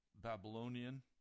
Babylonian